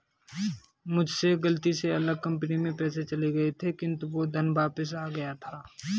मुझसे गलती से अलग कंपनी में पैसे चले गए थे किन्तु वो धन वापिस आ गया था